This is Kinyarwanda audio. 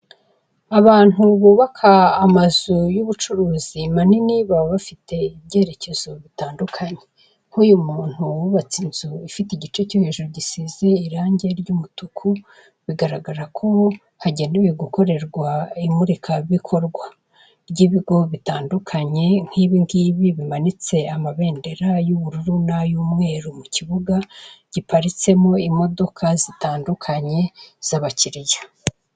Abantu bubaka amazu y'ubucuruzi manini baba bafite ibyerekezo bitandukanye, nk'uyu muntu wubatse inzu ifite igice cyo hejuru gisize irange ry'umutuku bigaragara ko hagenewe gukorerwa imurikabikorwa ry'ibigo bitandukanye nk'ibingibi bimanitse amabendera y'ubururu n'ay'umweru mu kibuga giparitsemo imodoka zitandukanye z'abakiriya.